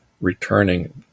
returning